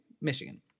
Michigan